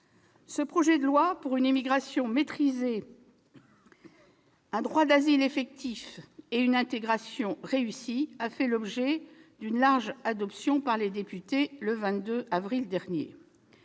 projet de loi pour une immigration maîtrisée, un droit d'asile effectif et une intégration réussie a fait l'objet d'une large adoption par les députés le 22 avril dernier.